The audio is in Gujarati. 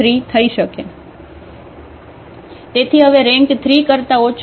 તેથી હવે રેન્ક 3 કરતા ઓછો હશે